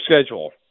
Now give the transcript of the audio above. schedule